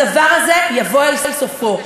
הדבר הזה יבוא אל סופו.